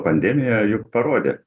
pandemija juk parodė